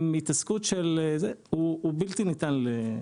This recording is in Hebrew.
היא בלתי-ניתנת.